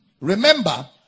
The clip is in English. Remember